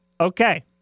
okay